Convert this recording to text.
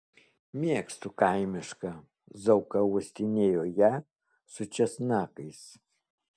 mėgstu kaimišką zauka uostinėjo ją su česnakais